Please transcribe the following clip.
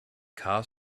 car